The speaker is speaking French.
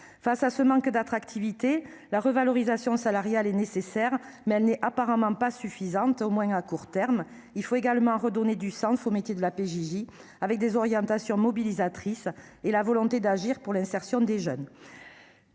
Face à ce manque d'attractivité, la revalorisation salariale est nécessaire, mais elle n'est apparemment pas suffisante, au moins à court terme. Il faut également redonner du sens aux métiers de la PJJ, avec des orientations mobilisatrices et la volonté d'agir pour l'insertion des jeunes.